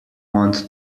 want